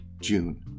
June